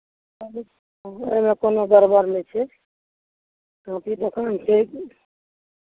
आबू ओहिमे कोनो गड़बड़ नहि छै कॉपी दोकान छै